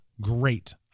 great